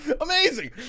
Amazing